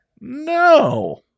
no